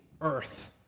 Earth